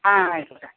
ആ ആ എടുക്കാം